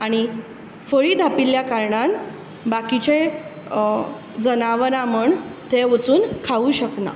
आनी फळी धांपिल्ल्या कारणान बाकीचे जनावरां म्हण थंय वचून खावूंक शकना